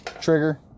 trigger